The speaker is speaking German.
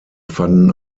fanden